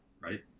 right